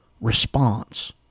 response